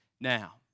now